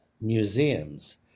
museums